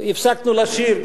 הפסקנו לשיר,